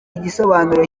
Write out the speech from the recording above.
igisobanuro